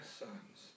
sons